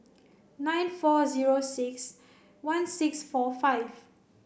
nine four zero six one six four five